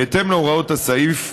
בהתאם להוראות הסעיף,